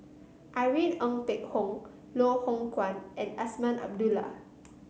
Irene Ng Phek Hoong Loh Hoong Kwan and Azman Abdullah